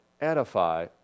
edify